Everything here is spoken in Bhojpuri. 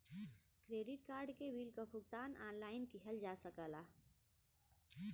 क्रेडिट कार्ड के बिल क भुगतान ऑनलाइन किहल जा सकला